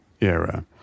era